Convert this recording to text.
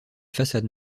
façade